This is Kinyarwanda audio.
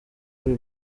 muri